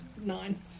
nine